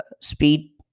speed